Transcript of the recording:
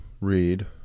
read